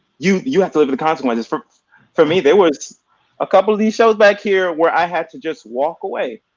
you you have to live with the consequences. for for me there was a couple of these shows back here where i had to just walk away,